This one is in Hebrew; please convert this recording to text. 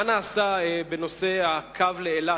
מה נעשה בנושא הקו לאילת?